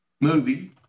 movie